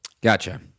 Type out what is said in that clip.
Gotcha